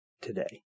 today